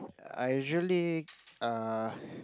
I usually uh